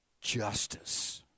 justice